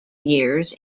years